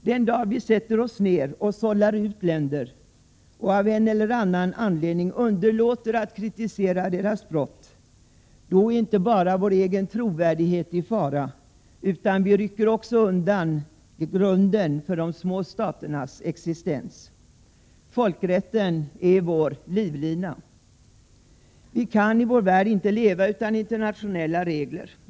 Den dag vi sätter oss ned och sållar ut länder och av en eller annan anledning underlåter att kritisera deras brott — då är inte bara vår egen trovärdighet i fara, utan vi rycker också undan grunden för de små staternas existens. Folkrätten är vår livlina. Vi kan i vår värld inte leva utan internationella regler.